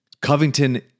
Covington